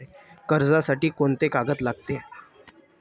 कर्जसाठी कोंते कागद लागन?